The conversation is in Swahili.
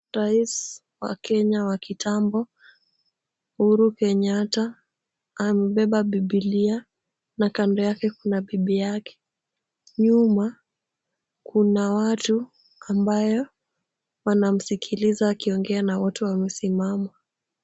Rais wa Kenya wa kitambo, Uhuru Kenyatta, amebeba bibilia, na kando yake kuna bibi yake. Nyuma kuna watu, ambayo wanamsikiliza akiongea na watu wamesimama.